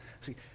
See